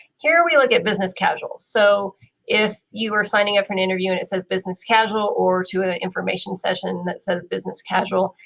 here we look at business casual. so if you are signing up for an interview and it says business casual, or to an information session that says business casual,